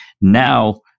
now